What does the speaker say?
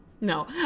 No